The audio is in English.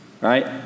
right